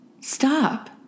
stop